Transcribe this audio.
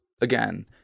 Again